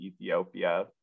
Ethiopia